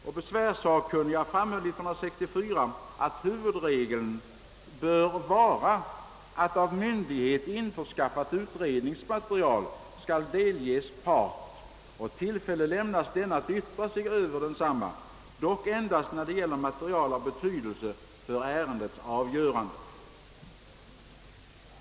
Och besvärssakkunniga underströk år 1964 att huvudregeln bör vara att av myndighet införskaffat utredningsmaterial skall delges part och tillfälle lämnas denna att yttra sig över detsamma, dock endast när det gäller material av betydelse för ärendets avgörande.